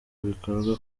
bikorwa